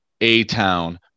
A-Town